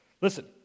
Listen